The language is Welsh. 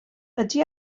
ydy